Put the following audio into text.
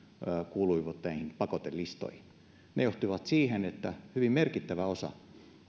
kuuluivat näihin pakotelistoihin ne johtivat siihen että hyvin merkittävä osa